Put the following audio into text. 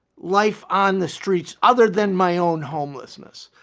life on the streets other than my own homelessness.